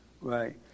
Right